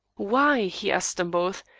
why, he asked them both,